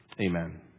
Amen